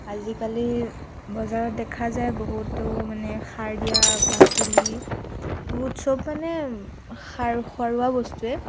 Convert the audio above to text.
আজিকালি বজাৰত দেখা যায় বহুতো মানে সাৰ দিয়া পাচলি বহুত চব মানে সাৰ সৰুৱা বস্তুৱে